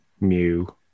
Mew